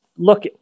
Look